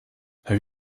have